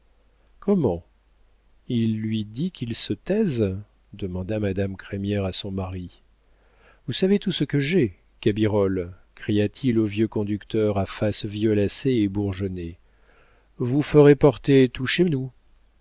comment il lui dit qu'il se taise demanda madame crémière à son mari vous savez tout ce que j'ai cabirolle cria-t-il au vieux conducteur à face violacée et bourgeonnée vous ferez porter tout chez nous